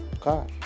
Car